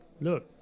Look